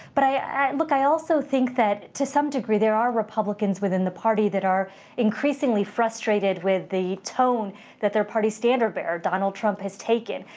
but, look, i also think that, to some degree, there are republicans within the party that are increasingly frustrated with the tone that their party standard-bearer, donald trump, has taken,